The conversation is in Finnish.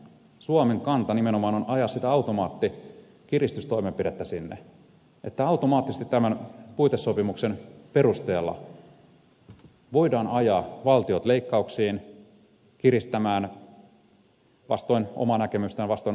suomen kanta nimenomaan on ajaa sitä automaattikiristystoimenpidettä sinne että automaattisesti tämän puitesopimuksen perusteella voidaan ajaa valtiot leikkauksiin kiristämään vastoin omaa näkemystään vastoin omaa tahtoaan